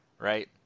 right